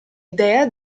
idea